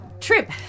Trip